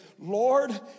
Lord